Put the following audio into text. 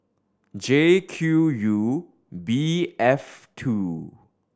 J Q U B F two